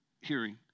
hearing